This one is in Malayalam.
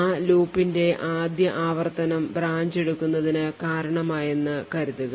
ആ ലൂപ്പിന്റെ ആദ്യ ആവർത്തനം ബ്രാഞ്ച് എടുക്കുന്നതിന് കാരണമായെന്നു കരുതുക